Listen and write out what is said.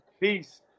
Peace